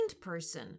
person